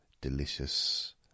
delicious